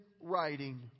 writing